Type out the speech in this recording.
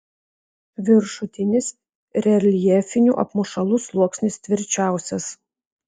viršutinis reljefinių apmušalų sluoksnis tvirčiausias